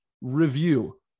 review